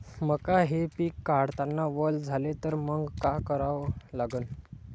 मका हे पिक काढतांना वल झाले तर मंग काय करावं लागन?